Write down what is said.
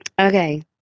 Okay